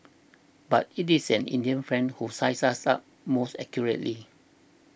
but it is an Indian friend who sized us up most accurately